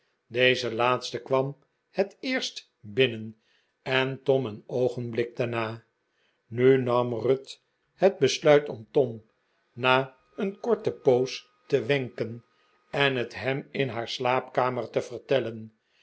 deze laatste kwam het eerst binnen en tom een oogenblik daarna nu nam ruth het besluit om tom na een korte poos te wenken en het hem in haar slaapkamer te vertellen